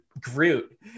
Groot